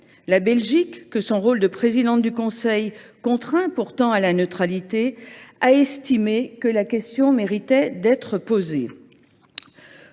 La Belgique, que son rôle de présidente du Conseil contraint pourtant à la neutralité, a estimé que la question méritait d’être posée.